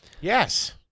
Yes